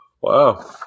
Wow